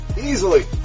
easily